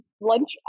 lunch